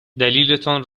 دلیلتان